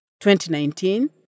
2019